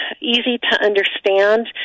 easy-to-understand